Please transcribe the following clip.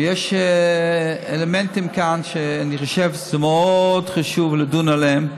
ויש כאן אלמנטים שאני חושב שמאוד חשוב לדון עליהם,